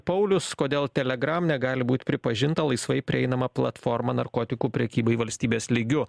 paulius kodėl telegram negali būt pripažinta laisvai prieinama platforma narkotikų prekybai valstybės lygiu